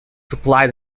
supplied